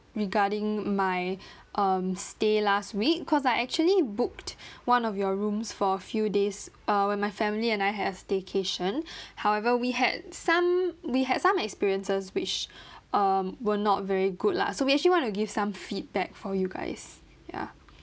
regarding my um stay last week cause I actually booked one of your rooms for a few days uh when my family and I have staycation however we had some we had some experiences which um were not very good lah so we actually want to give some feedback for you guys ya